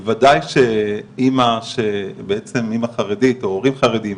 בוודאי, שאמא חרדית, או הורים חרדים,